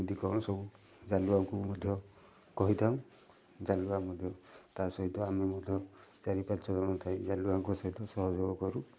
କେମିତି କ'ଣ ସବୁ ଜାଲୁଆକୁ ମଧ୍ୟ କହିଥାଉ ଜାଲୁଆ ମଧ୍ୟ ତା ସହିତ ଆମେ ମଧ୍ୟ ଚାରି ପାଞ୍ଚ ଜଣ ଥାଇ ଜାଲୁଆଙ୍କ ସହିତ ସହଯୋଗ କରୁ